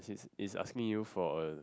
it's ask me you for a